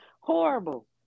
Horrible